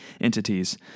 entities